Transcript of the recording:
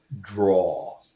draw